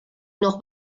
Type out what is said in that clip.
noch